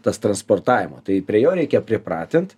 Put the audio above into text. tas transportavimo tai prie jo reikia pripratint